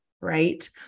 Right